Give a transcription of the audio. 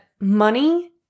money